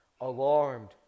alarmed